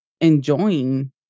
enjoying